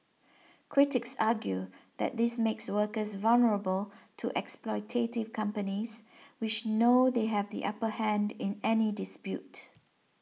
critics argue that this makes workers vulnerable to exploitative companies which know they have the upper hand in any dispute